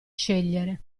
scegliere